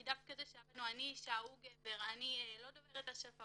כי דווקא זה שעבדנו אני שלא דוברת השפה